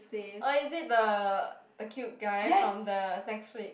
oh is it the the cute guy from the Netflix